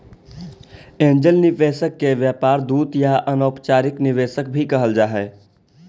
angel निवेशक के व्यापार दूत या अनौपचारिक निवेशक भी कहल जा हई